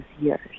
years